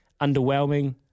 Underwhelming